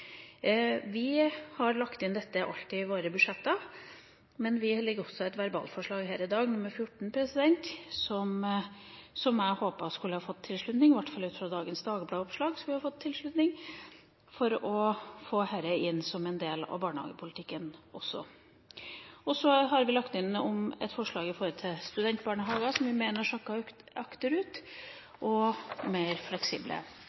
har alt lagt inn dette i våre budsjetter, men vi legger også fram et verbalforslag her i dag, forslag nr. 14 – som jeg hadde håpet skulle få tilslutning, i hvert fall skulle vi ha fått tilslutning ut fra dagens oppslag i Dagbladet – for å få det inn som en del av barnehagepolitikken også. Så har vi lagt inn et forslag om studentbarnehager, som vi mener har sakket akterut, og ett om mer fleksible